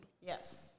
Yes